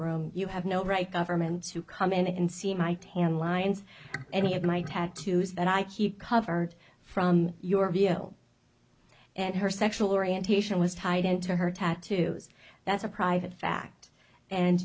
room you have no right government to come and see my tan lines any of my tattoos that i keep covered from your video and her sexual orientation was tied into her tattoos that's a private fact and